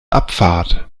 abfahrt